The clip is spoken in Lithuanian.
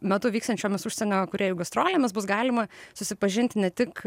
metu vyksiančiomis užsienio kūrėjų gastrolėmis bus galima susipažinti ne tik